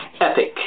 epic